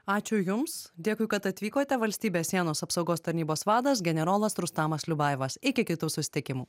ačiū jums dėkui kad atvykote valstybės sienos apsaugos tarnybos vadas generolas rustamas liubajevas iki kitų susitikimų